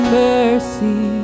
mercy